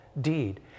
deed